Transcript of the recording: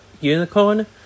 Unicorn